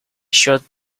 short